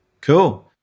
Cool